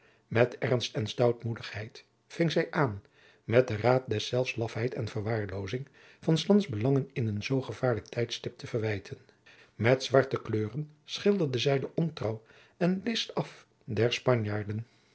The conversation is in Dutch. met ernst en stoutmoedigheid ving zij aan met den raad deszelfs lafheid en verwaarloozing van s lands belangen in een zoo gevaarlijk tijdstip te verwijten met zwarte kleuren schilderde zij de ontrouw en list af der spanjaarden